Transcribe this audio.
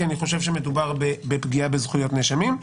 כי אני חושב שמדובר בפגיעה בזכויות נאשמים.